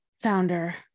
founder